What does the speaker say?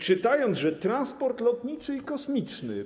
Czytając, że transport lotniczy i kosmiczny.